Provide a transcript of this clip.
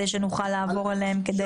כדי שנוכל לעבור עליהם.